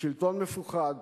שלטון מפוחד